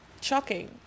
shocking